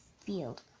field